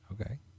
Okay